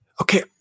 Okay